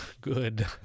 good